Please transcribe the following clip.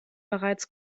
bereits